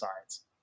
science